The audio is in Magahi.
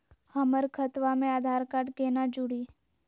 हमर खतवा मे आधार कार्ड केना जुड़ी?